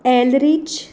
एलरीच